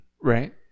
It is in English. Right